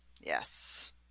Yes